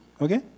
okay